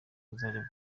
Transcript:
buzajya